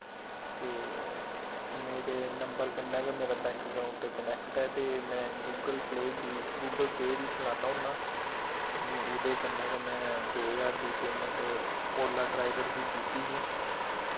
ते मेरे नंबर कन्नै गै मेरा बैंक अकाउंट कनैक्ट ऐ ते मैं गूगल पे बी गूगल पे बी चलाना होन्नां नि उ'दे कन्नै गै में दो ज्हार दी पेमैंट ओला ड्राइवर गी कीती ही